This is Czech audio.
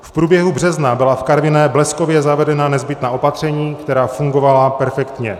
V průběhu března byla v Karviné bleskově zavedena nezbytná opatření, která fungovala perfektně.